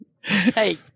Hey